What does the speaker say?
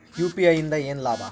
UPI ಇಂದ ಏನ್ ಲಾಭ?